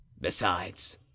Besides